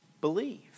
believe